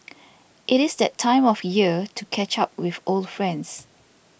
it is that time of year to catch up with old friends